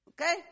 Okay